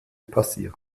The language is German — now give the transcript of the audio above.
passiert